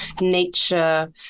nature